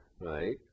right